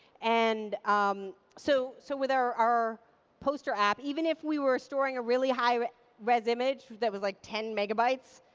and um so so, with our our poster app, even if we were storing a really high res image that was, like, ten megabytes,